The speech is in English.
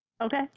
Okay